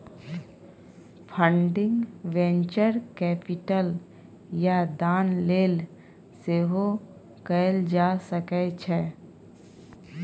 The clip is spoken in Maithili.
फंडिंग वेंचर कैपिटल या दान लेल सेहो कएल जा सकै छै